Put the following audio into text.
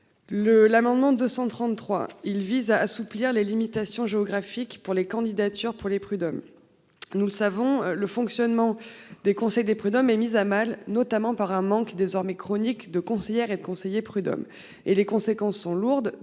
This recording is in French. l'amendement 233, il vise à assouplir les limitations géographiques pour les candidatures pour les prud'hommes. Nous le savons le fonctionnement des conseils des prud'hommes et mise à mal, notamment par un manque désormais chronique de conseillère et de conseillers prud'hommes et les conséquences sont lourdes.